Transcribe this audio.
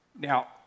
Now